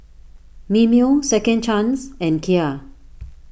Mimeo Second Chance and Kia